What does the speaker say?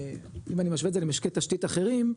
כלומר אם אני משווה את זה למשקי תשתית אחרים,